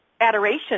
adoration